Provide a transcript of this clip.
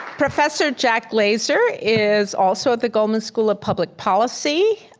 professor jack glaser is also at the goldman school of public policy.